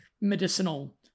medicinal